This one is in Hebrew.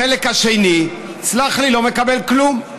החלק השני, סלח לי, לא מקבל כלום.